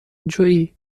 جویی